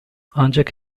ancak